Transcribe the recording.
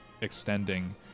extending